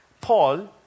Paul